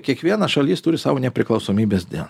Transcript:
kiekviena šalis turi savo nepriklausomybės dieną